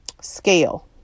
scale